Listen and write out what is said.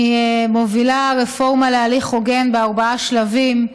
אני מובילה רפורמה להליך הוגן בארבעה שלבים: